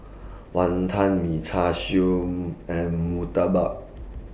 Wonton Mee Char Siu and Murtabak